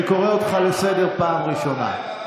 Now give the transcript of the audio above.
אני קורא אותך לסדר פעם ראשונה.